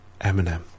Eminem